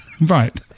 Right